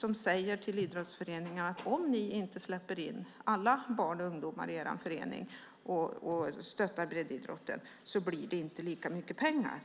De säger till idrottsföreningarna: Om ni inte släpper in alla barn och ungdomar i er förening och stöttar breddidrotten, då blir det inte lika mycket pengar.